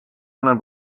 mõnel